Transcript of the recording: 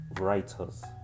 writers